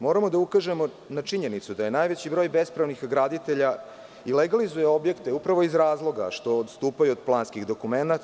Moramo da ukažemo na činjenicu da najveći broj bespravnih graditelja i legalizuje objekte upravo iz razloga što odstupaju od planskih dokumenata.